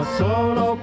solo